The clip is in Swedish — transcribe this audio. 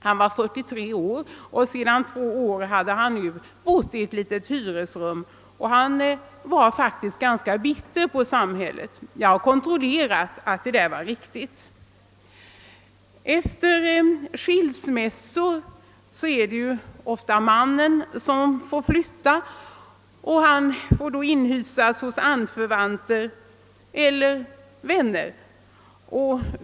Han var 43 år gammal, och sedan två år har han nu bott i ett litet hyresrum. Han var nu ganska bitter på samhället. Jag har kontrollerat att hans framställning är riktig. Efter en skilsmässa är det ju ofta mannen som får flytta. Han får då inhysas hos anförvanter eller vänner.